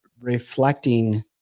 Reflecting